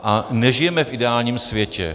A nežijeme v ideálním světě.